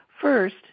First